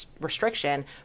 restriction